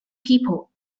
people